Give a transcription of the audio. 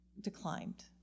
declined